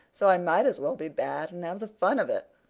so i might as well be bad and have the fun of it.